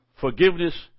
forgiveness